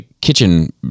kitchen